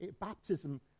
baptism